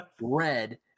red